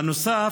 בנוסף,